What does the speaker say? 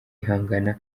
ihangana